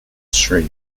sri